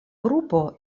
grupo